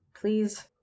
Please